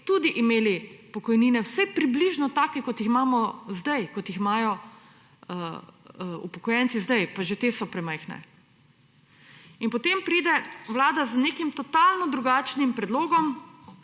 tudi imeli pokojnine, vsaj približno take, kot jih imamo zdaj, kot jih imajo upokojenci zdaj, pa že te so premajhne. In potem pride Vlada z nekim totalno drugačnim predlogom,